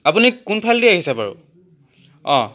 আপুনি কোনফালেদি আহিছে বাৰু অঁ